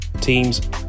teams